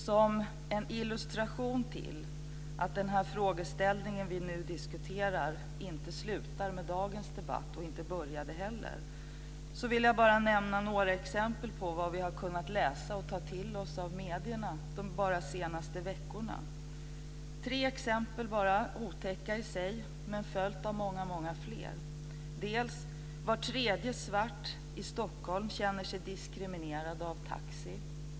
Som en illustration till att den frågeställning vi nu diskuterar inte slutar med dagens debatt, och inte heller började, vill jag bara nämna några exempel på vad vi har kunnat läsa och ta till oss i medierna bara de senaste veckorna. Det är bara tre exempel, otäcka i sig men följda av många fler. För det första känner sig var tredje svart i Stockholm diskriminerad av taxi.